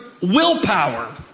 willpower